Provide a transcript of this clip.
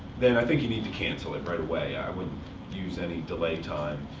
then i think you need to cancel it right away. i wouldn't use any delay time.